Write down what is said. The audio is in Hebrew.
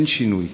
אין שינוי.